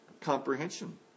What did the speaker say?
comprehension